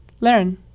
learn